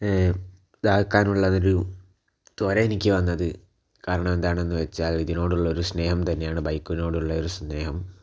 ഇത് ആക്കാനുള്ള ഒരു ത്വര എനിക്ക് വന്നത് കാരണം എന്താണെന്ന് വച്ചാൽ ഇതിനോടുള്ള ഒരു സ്നേഹം തന്നെയാണ് ബൈക്കിനോടുള്ള ഒരു സ്നേഹം